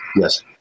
yes